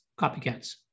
copycats